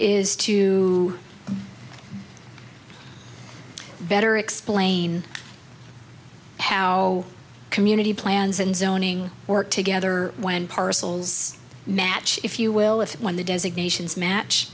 is to better explain how community plans and zoning work together when parcels match if you will if when the designations match